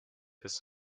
his